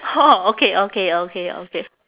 orh okay okay okay okay